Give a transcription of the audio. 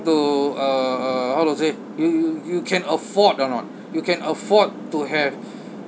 to uh uh how to say you you you can afford or not you can afford to have